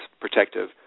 protective